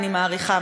אני מעריכה,